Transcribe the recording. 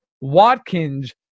Watkins